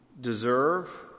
deserve